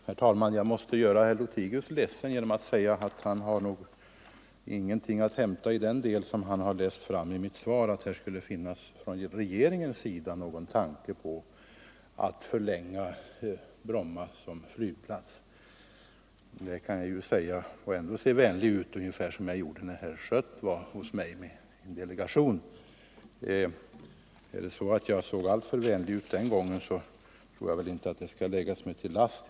Herr talman! Jag måste göra herr Lothigius ledsen genom att säga att han nog har läst in för mycket i mitt svar om han där tyckt sig finna någon tanke från regeringen på att uppskjuta nedläggningen av Bromma flygplats. Det kan jag säga och ändå se vänlig ut, ungefär som jag gjorde när herr Schött var hos mig med en delegation. Såg jag alltför vänlig ut den gången, tycker jag inte att det bör läggas mig till last.